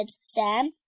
Sam